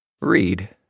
read